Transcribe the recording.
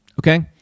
okay